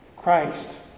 Christ